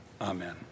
Amen